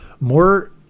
more